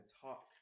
talk